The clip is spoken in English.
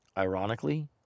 Ironically